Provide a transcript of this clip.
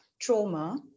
trauma